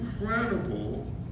incredible